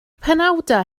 penawdau